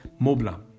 Mobla